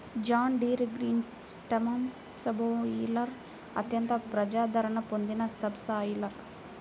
John Deere green system subsoiler అత్యంత ప్రజాదరణ పొందిన సబ్ సాయిలర్